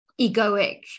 egoic